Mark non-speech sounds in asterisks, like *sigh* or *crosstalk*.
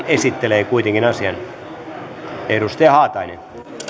*unintelligible* esittelee ensin tämän asian ohi puhujalistan edustaja haatainen